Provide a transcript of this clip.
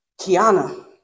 Kiana